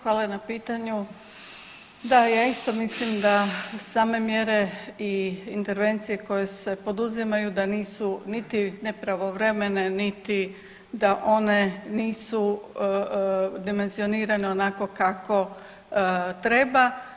Hvala na pitanju, da ja isto mislim da same mjere i intervencije koje se poduzimaju da nisu niti nepravovremene, niti da one nisu dimenzionirane onako kako treba.